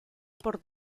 por